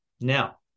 now